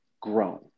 grown